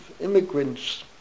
immigrants